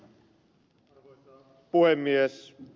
arvoisa puhemies